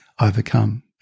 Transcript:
overcome